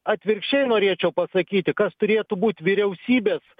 atvirkščiai norėčiau pasakyti kas turėtų būt vyriausybės